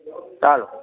ચાલો